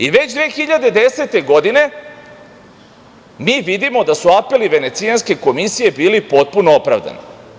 I već 2010. godine mi vidimo da su apeli Venecijanske komisije bili potpuno opravdani.